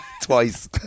twice